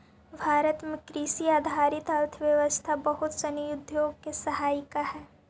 भारत में कृषि आधारित अर्थव्यवस्था बहुत सनी उद्योग के सहायिका हइ